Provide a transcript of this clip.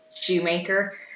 shoemaker